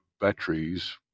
Batteries